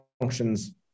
functions